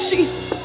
Jesus